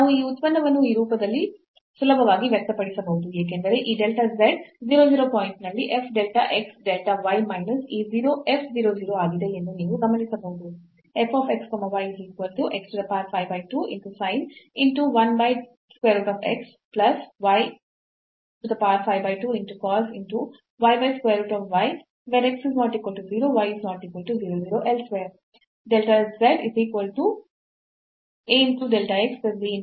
ನಾವು ಈ ಉತ್ಪನ್ನವನ್ನು ಈ ರೂಪದಲ್ಲಿ ಸುಲಭವಾಗಿ ವ್ಯಕ್ತಪಡಿಸಬಹುದು ಏಕೆಂದರೆ ಈ delta z 0 0ಪಾಯಿಂಟ್ ನಲ್ಲಿ f delta x delta y minus ಈ f 0 0 ಆಗಿದೆ ಎಂದು ನೀವು ಗಮನಿಸಬಹುದು